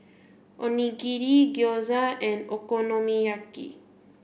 Onigiri Gyoza and Okonomiyaki